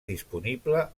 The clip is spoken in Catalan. disponible